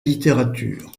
littérature